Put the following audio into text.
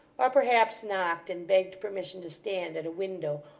or perhaps knocked and begged permission to stand at a window,